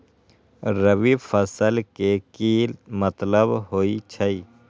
रबी फसल के की मतलब होई छई?